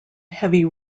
heavy